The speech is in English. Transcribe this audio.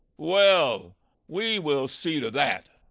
well we will see to that.